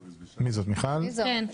שאלה.